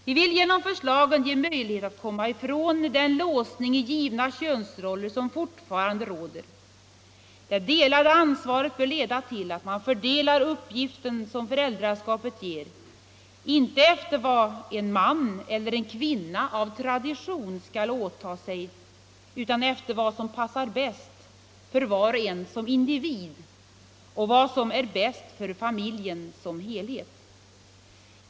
Vi vill genom förslagen ge möjlighet att komma ifrån den låsning i givna könsroller som fortfarande råder. Det delade ansvaret bör leda till att man fördelar uppgiften som föräldraskapet ger inte efter vad en man eller en kvinna av tradition skall åta sig utan efter vad som passar bäst för var och en som individ och efter vad som är bäst för familjen som helhet.